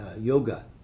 yoga